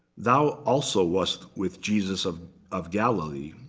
thou also was with jesus of of galilee.